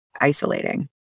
isolating